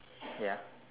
ya